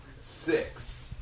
six